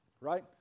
right